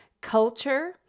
culture